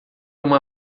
uma